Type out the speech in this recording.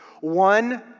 One